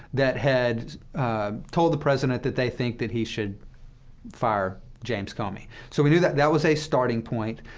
that had told the president that they think that he should fire james comey. so we knew that that was a starting point.